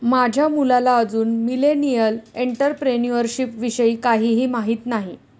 माझ्या मुलाला अजून मिलेनियल एंटरप्रेन्युअरशिप विषयी काहीही माहित नाही